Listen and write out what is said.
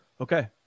Okay